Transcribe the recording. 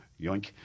Yoink